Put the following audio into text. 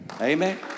Amen